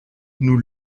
nous